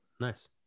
nice